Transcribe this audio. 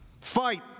Fight